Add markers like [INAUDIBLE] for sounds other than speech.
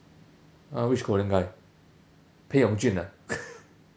uh which korean guy bae yong joon ah [LAUGHS]